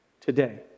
today